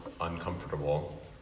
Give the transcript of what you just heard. uncomfortable